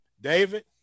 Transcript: David